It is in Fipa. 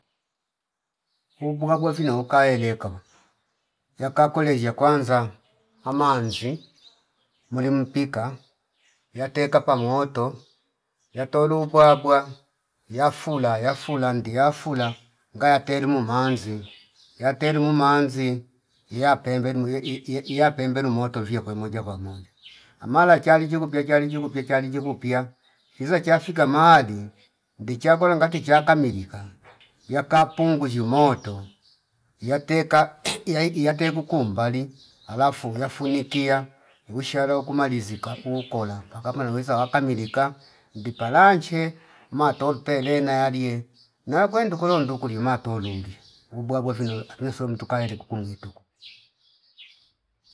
Uku bwabwa vino ukayaleka yaka kole cha kwanza amanzi muli mpika vyateka pamoto yatolu ubwabwa iyafula yafula ndiyafula ngaya teru mumanzi yateru mumanzi iyapembe muye iyapembe lumuto viye kwe moja kwa moja amala chali chikupiya chali chikupiya chali chikupiya izo chafika mali ndichakulo ngati chaka milika yaka punguziwa moto iyateka iyaili yatekuku mbali alafu yafunikia uwishalo kumalizi kakku kola kanka maluwiza akamilika ndipalanche umatope lene yaliye nayokwe ndukulo ndukulima tulungi ubwabwa vino naso mtu kaile kukumituku